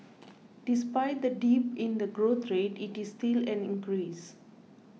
despite the dip in the growth rate it is still an increase